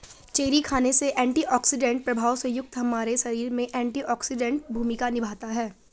cherry खाने से antioxidant प्रभाव से युक्त हमारे शरीर में एंटीऑक्सीडेंट भूमिका निभाता है